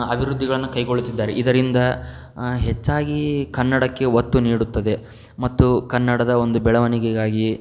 ಅಭಿವೃದ್ಧಿಗಳನ್ನ ಕೈಗೊಳ್ಳುತ್ತಿದ್ದಾರೆ ಇದರಿಂದ ಹೆಚ್ಚಾಗಿ ಕನ್ನಡಕ್ಕೆ ಒತ್ತು ನೀಡುತ್ತದೆ ಮತ್ತು ಕನ್ನಡದ ಒಂದು ಬೆಳವಣಿಗೆಗಾಗಿಯೇ